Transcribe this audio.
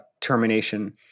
termination